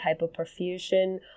hypoperfusion